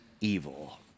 evil